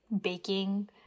baking